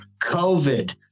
COVID